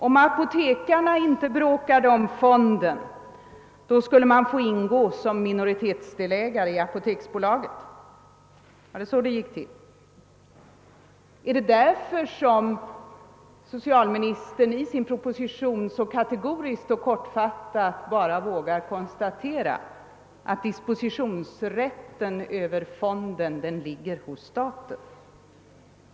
Om apotekarna inte bråkade om fonden skulle de få ingå som minoritetsdelägare i apoteksbolaget — var det så det gick till? är det därför som socialministern i sin proposition så kategoriskt och kortfattat konstaterar att dispositionsrätten över fonden ligger hos staten?